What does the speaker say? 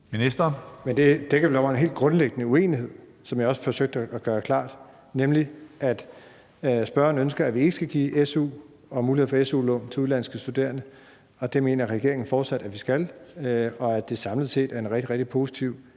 Det dækker vel over en helt grundlæggende uenighed, hvilket jeg også forsøgte at gøre klart, nemlig at spørgeren ønsker, at vi ikke skal give su og mulighed for su-lån til udenlandske studerende. Det mener regeringen fortsat at vi skal, og regeringen mener, at det samlet set er en rigtig, rigtig